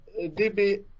DB